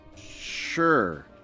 sure